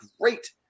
great